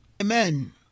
Amen